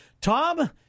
Tom